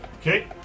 Okay